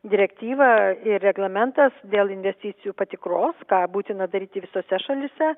direktyva ir reglamentas dėl investicijų patikros ką būtina daryti visose šalyse